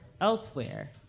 elsewhere